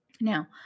now